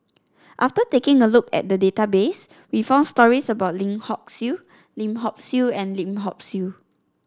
after taking a look at the database we found stories about Lim Hock Siew Lim Hock Siew and Lim Hock Siew